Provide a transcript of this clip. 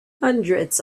hundreds